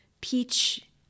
peach